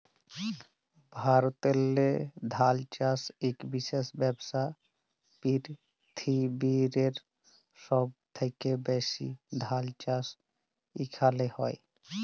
ভারতেল্লে ধাল চাষ ইক বিশেষ ব্যবসা, পিরথিবিরলে সহব থ্যাকে ব্যাশি ধাল চাষ ইখালে হয়